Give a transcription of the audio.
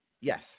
Yes